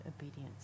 obedience